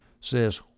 says